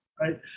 Right